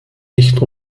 nicht